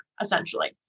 essentially